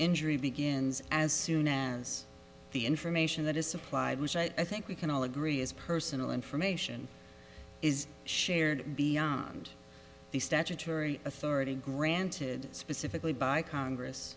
injury begins as soon as the information that is supplied which i think we can all agree is personal information is shared beyond the statutory authority granted specifically by congress